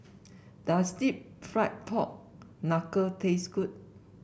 does deep fried Pork Knuckle taste good